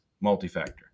multi-factor